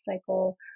cycle